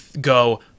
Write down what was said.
go